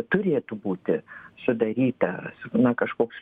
turėtų būti sudaryta na kažkoks